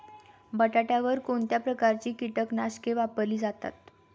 बटाट्यावर कोणत्या प्रकारची कीटकनाशके वापरली जातात?